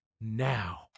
now